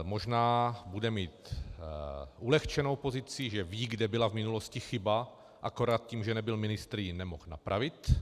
Možná bude mít ulehčenou pozici, že ví, kde byla v minulosti chyba, akorát tím, že nebyl ministr, ji nemohl napravit.